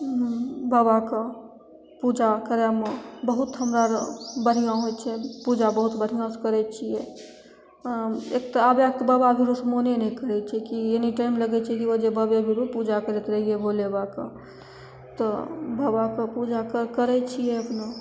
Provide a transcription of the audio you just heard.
बाबाके पूजा करै हुआँ बहुत हमरा आओर बढ़िआँ होइ छै पूजा बहुत बढ़िआँसे करै छिए एक तऽ आबैके बाबा हुआँसे मोने नहि करै छै ई एनि टाइम लगै छै कि ओहिजे बाबे पूजा करैत रहिए भोले बाबाके तऽ बाबाके पूजा कै के करै छिए अपनहु